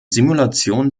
simulation